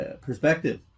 perspective